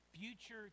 future